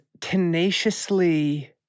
tenaciously